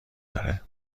داره